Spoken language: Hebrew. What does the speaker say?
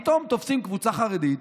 ופתאום תופסים קבוצה חרדית.